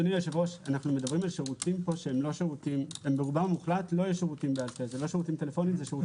אנחנו מדברים על שירותים שברובם המוחלט לא בעל פה הם